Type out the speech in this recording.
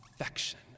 affection